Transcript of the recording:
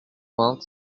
vingt